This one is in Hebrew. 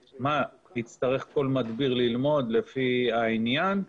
את מה יצטרך כל מדביר ללמוד לפי העניין,